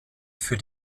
für